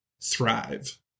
thrive